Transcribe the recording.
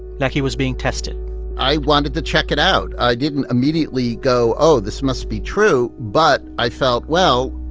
like he was being tested i wanted to check it out. i didn't immediately go, oh, this must be true. but i felt, well,